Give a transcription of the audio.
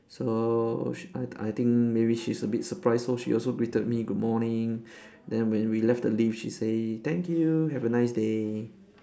so she I I think maybe she's a bit surprised so she also greeted me good morning then when we left the lift she say thank you have a nice day